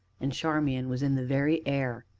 and charmian was in the very air.